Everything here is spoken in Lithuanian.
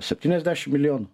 septyniasdešimt milijonų